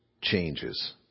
changes